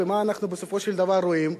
ומה אנחנו בסופו של דבר רואים?